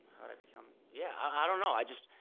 how'd i become. yeah, i don't know, i just,